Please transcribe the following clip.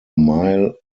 mile